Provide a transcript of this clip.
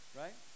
right